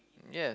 yeah